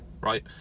right